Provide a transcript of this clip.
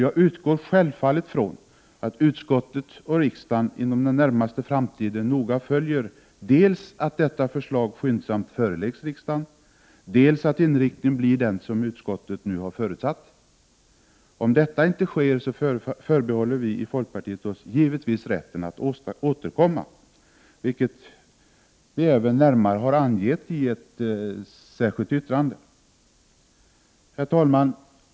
Jag utgår självfallet från att utskottet och riksdagen inom den närmaste framtiden noga följer dels att detta förslag skyndsamt föreläggs riksdagen, dels att inriktningen blir den som utskottet nu har förutsatt. Om detta inte sker förbehåller vi i folkpartiet oss givetvis rätten att återkomma, vilket vi även närmare har angett i ett särskilt yttrande. Herr talman!